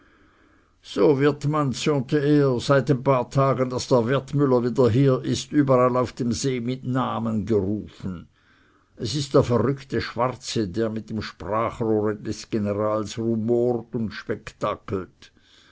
so wird man zürnte er seit den paar tagen daß der wertmüller wieder hier ist überall auf dem see mit namen gerufen es ist der verreckte schwarze der mit dem sprachrohre des generals rumort und spektakelt